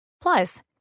Plus